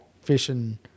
fishing